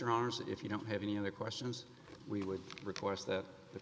your honour's if you don't have any other questions we would request th